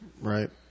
Right